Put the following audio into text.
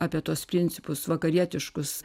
apie tuos principus vakarietiškus